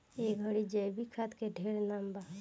ए घड़ी जैविक खाद के ढेरे नाम बा